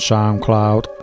SoundCloud